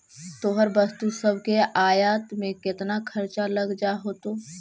तोहर वस्तु सब के आयात में केतना खर्चा लग जा होतो?